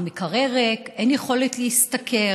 המקרר ריק, אין יכולת להשתכר